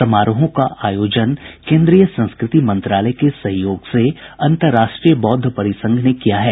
समारोहों का आयोजन केंद्रीय संस्कृति मंत्रालय के सहयोग से अंतर्राष्ट्रीय बौद्ध परिसंघ ने किया है